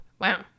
wow